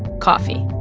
coffee